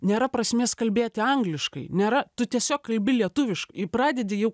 nėra prasmės kalbėti angliškai nėra tu tiesiog kalbi lietuviškai i pradedi jau